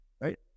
Right